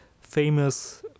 famous